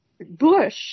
Bush